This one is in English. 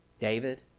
David